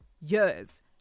years